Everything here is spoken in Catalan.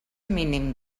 mínim